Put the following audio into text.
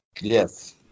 Yes